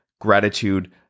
gratitude